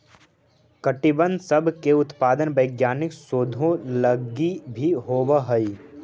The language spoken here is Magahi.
कीटबन सब के उत्पादन वैज्ञानिक शोधों लागी भी होब हई